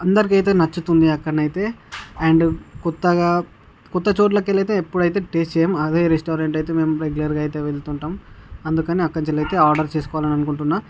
అందరికి అయితే నచ్చుతుంది అక్కడ అయితే అండ్ కొత్తగా కొత్త చోట్లకు అయితే ఎప్పుడైతే టేస్ట్ చేయం అదే రెస్టారెంట్ అయితే మేము రెగ్యులర్గా అయితే వెళ్తు ఉంటాం అందుకని అక్కడ నుంచి వెళ్ళి ఆర్డర్ చేసుకోవాలి అనుకుంటున్నాను